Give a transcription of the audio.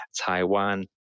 Taiwan